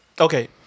Okay